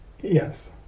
yes